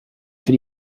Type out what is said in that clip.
für